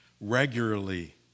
regularly